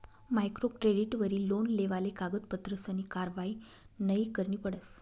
micro क्रेडिटवरी loan लेवाले कागदपत्रसनी कारवायी नयी करणी पडस